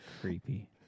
Creepy